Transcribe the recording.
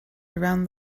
around